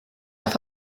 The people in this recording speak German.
auf